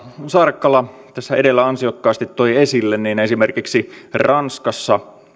saarakkala tässä edellä ansiokkaasti toi esille niin esimerkiksi ranskassa nämä